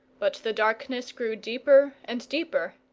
but the darkness grew deeper and deeper,